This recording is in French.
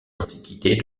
antiquités